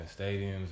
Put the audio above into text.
stadiums